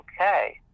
okay